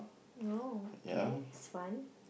oh okay that's fun